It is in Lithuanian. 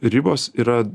ribos yra